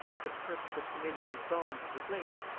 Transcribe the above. for the purpose of committing his bones to the flames,